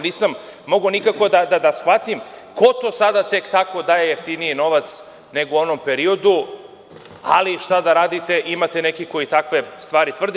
Nisam mogao nikako da shvatim ko to sada tek tako daje jeftiniji novac nego u onom periodu, ali šta da radite, imate neke koji takve stvari tvrde.